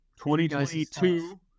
2022